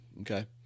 Okay